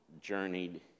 journeyed